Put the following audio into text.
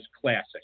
classic